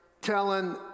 telling